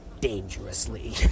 dangerously